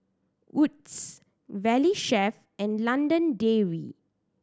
Wood's Valley Chef and London Dairy